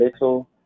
little